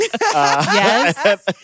yes